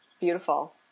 beautiful